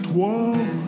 Twelve